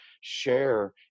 share